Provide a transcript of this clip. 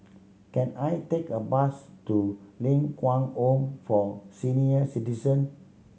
can I take a bus to Ling Kwang Home for Senior Citizen